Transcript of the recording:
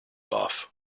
off